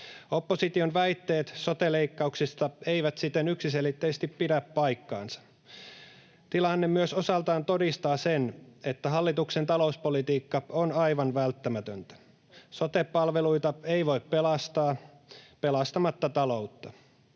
Opposition väitteet sote-leikkauksista eivät siten yksiselitteisesti pidä paikkaansa. Tilanne myös osaltaan todistaa sen, että hallituksen talouspolitiikka on aivan välttämätöntä. Sote-palveluita ei voi pelastaa pelastamatta taloutta.